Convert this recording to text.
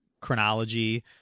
chronology